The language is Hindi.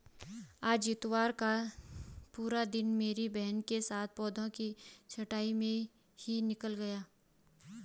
आज इतवार का पूरा दिन मेरी बहन के साथ पौधों की छंटाई में ही निकल गया